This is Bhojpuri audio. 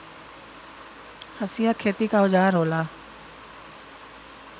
हंसिया खेती क औजार होला